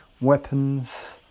weapons